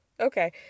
Okay